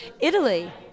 Italy